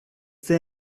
there